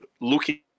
looking